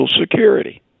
Security